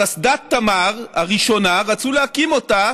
אז אסדת תמר הראשונה, רצו להקים אותה